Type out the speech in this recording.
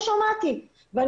אני